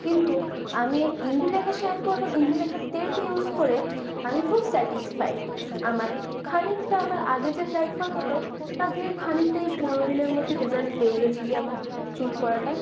কিন্তু আমি ইন্দুলেখা শ্যাম্পু আবার ইন্দুলেখা তেলটি ইউস করে আমি খুব স্যাটিসফাইড আমার খানিকটা আমার আগে যে হেয়ার ফল হতো তা থেকে খানিকটা এই পনেরো দিনের মধ্যে রেজাল্ট পেয়ে গেছি যে আমার চুল পরাটা